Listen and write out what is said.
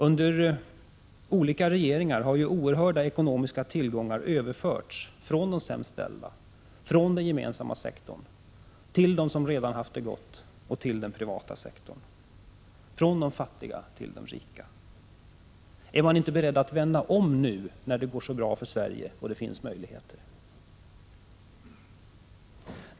Under olika regeringar har oerhörda ekonomiska tillgångar överförts från de sämst ställda och den gemensamma sektorn till dem som redan haft det gott och den privata sektorn, från de fattiga till de rika. Är man inte beredd att vända om nu, när det går så bra för Sverige och det finns möjligheter?